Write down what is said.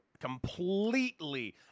completely